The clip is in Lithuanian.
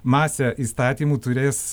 masę įstatymų turės